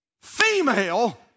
female